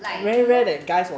like he just